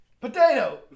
Potato